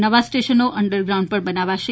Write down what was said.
નવા સ્ટેશનો અંડરગ્રાઉન્ડ પણ બનાવાશે